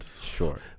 Sure